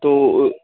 تو